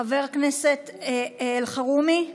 חבר הכנסת אלחרומי?